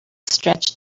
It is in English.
stretch